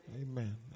Amen